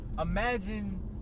imagine